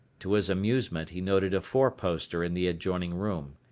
to his amusement he noted a four poster in the adjoining room.